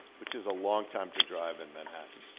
which is a long time to drive in manhattan.